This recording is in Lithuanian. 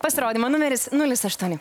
pasirodymo numeris nulis aštuoni